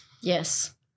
Yes